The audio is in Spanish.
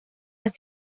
las